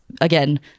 again